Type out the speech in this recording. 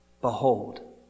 Behold